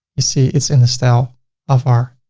you see it's in the style of our